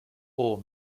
ore